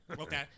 Okay